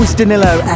Danilo